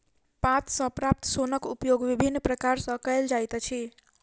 पात सॅ प्राप्त सोनक उपयोग विभिन्न प्रकार सॅ कयल जाइत अछि